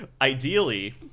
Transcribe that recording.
Ideally